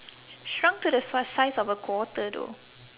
shrunk to the size size of a quarter though